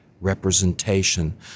representation